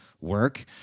work